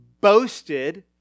boasted